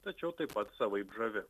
tačiau taip pat savaip žavi